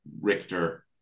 Richter